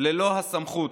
ללא הסמכות,